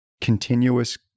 continuous